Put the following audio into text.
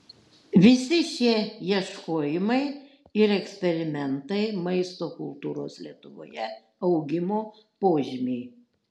visi šie ieškojimai ir eksperimentai maisto kultūros lietuvoje augimo požymiai